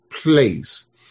place